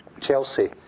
Chelsea